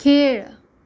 खेळ